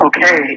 Okay